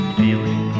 feeling